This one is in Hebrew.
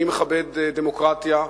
אני מכבד דמוקרטיה,